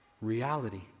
reality